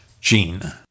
gene